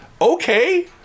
Okay